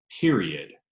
period